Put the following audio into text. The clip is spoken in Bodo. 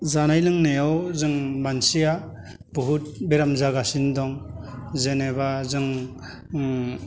जानाय लोंनायाव जों मानसिया बहुद बेराम जागासिनो दं जेनेबा जों ओम